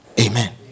Amen